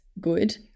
good